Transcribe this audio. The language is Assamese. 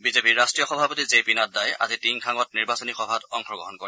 বিজেপিৰ ৰট্টীয় সভাপতি জে পি নাড্ডাই আজি টিংখাঙত নিৰ্বাচনী সভাত অংশগ্ৰহণ কৰে